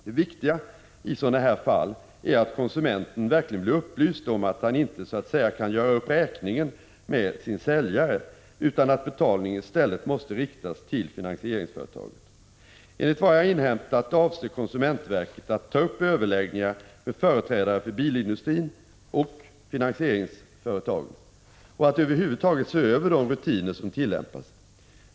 Det viktiga i sådana här fall är att konsumenten verkligen blir upplyst om att han inte så att säga kan göra upp räkningen med sin säljare, utan att betalning i stället måste riktas till finansieringsföretaget. Enligt vad jag har inhämtat avser konsumentverket att ta upp överläggningar med företrädare för bilindustrin och finansieringsföretag och att över huvud taget se över de rutiner som tillämpas.